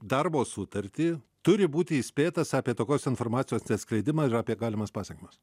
darbo sutartį turi būti įspėtas apie tokios informacijos neatskleidimą ir apie galimas pasekmes